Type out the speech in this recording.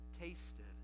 tasted